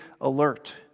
alert